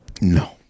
No